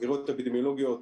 החקירות האפידמיולוגיות